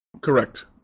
Correct